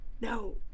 no